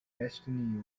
destiny